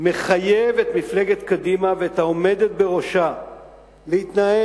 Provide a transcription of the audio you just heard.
מחייב את מפלגת קדימה ואת העומדת בראשה להתנער,